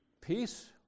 Peace